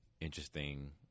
interesting